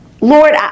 Lord